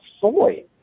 soy